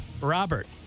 Robert